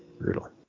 Brutal